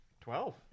Twelve